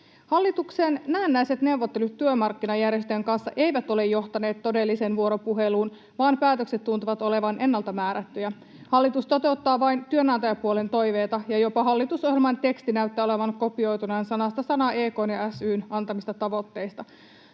Hallituksen näennäiset neuvottelut työmarkkinajärjestöjen kanssa eivät ole johtaneet todelliseen vuoropuheluun, vaan päätökset tuntuvat olevan ennalta määrättyjä. Hallitus toteuttaa vain työnantajapuolen toiveita, ja jopa hallitusohjelman teksti näyttää olevan sanasta sanaan kopioitu EK:n ja SY:n antamista tavoitteista.